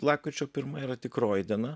lapkričio pirma yra tikroji diena